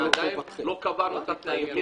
ועדיין לא קבענו את התנאים.